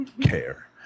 care